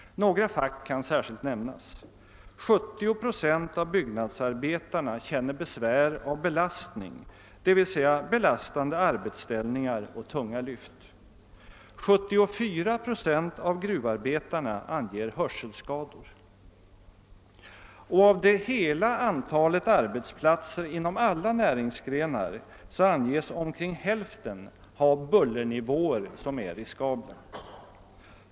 Några fack kan särskilt nämnas. 70 procent av byggnadsarbetarna känner besvär av belastning, d. v. s. belastande arbetsställningar och tunga lyft. 74 procent av gruvarbetarna anger hörselskador. Av hela antalet arbetsplatser inom alla näringsgrenar anges omkring hälften ha bullernivåer som är riskabla.